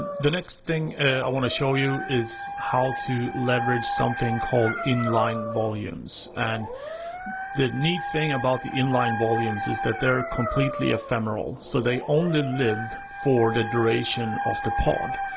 the next thing i wanna show you is how to leverage something called inline volumes. and the neat thing about the inline volumes is that they're completely ephemeral, so they only live for the duration of the pod.